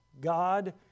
God